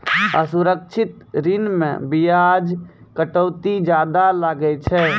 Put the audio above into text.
असुरक्षित ऋण मे बियाज कटौती जादा लागै छै